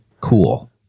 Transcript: cool